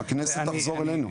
הכנסת תחזור אלינו.